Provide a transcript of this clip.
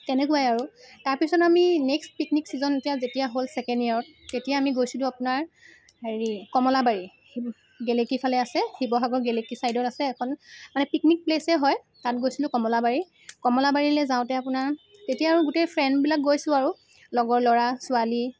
তেনেকুৱাই আৰু তাৰপিছত আমি নেক্সট পিকনিক চিজন এতিয়া যেতিয়া হ'ল ছেকেণ্ড ইয়াৰত তেতিয়া আমি গৈছিলোঁ আপোনাৰ হেৰি কমলাবাৰী গেলেকী ফালে আছে শিৱসাগৰ গেলেকী ছাইডত আছে এখন মানে পিকনিক প্লেচে হয় তাত গৈছিলোঁ কমলাবাৰী কমলাবাৰীলৈ যাওঁতে আপোনাৰ তেতিয়া আৰু গোটেই ফ্ৰেণ্ডবিলাক গৈছোঁ আৰু লগৰ ল'ৰা ছোৱালী